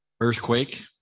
earthquake